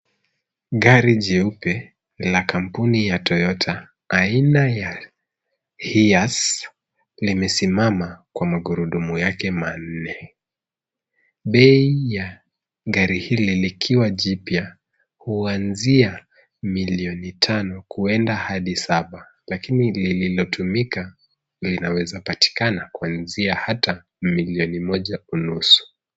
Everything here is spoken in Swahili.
Gari jeupe la kampuni ya Toyota aina ya hiace limesimama kwa magurudumu yake manne. Bei ya gari hili likiwa jipya huanzia milioni tano kuenda hadi saba lakini lililotumika linawezapatikana kuanzia hata milioni moja unusu.